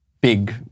big